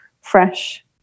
fresh